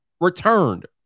returned